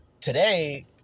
Today